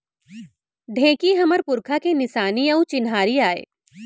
ढेंकी हमर पुरखा के निसानी अउ चिन्हारी आय